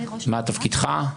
מה תפקידך?